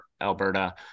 Alberta